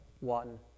one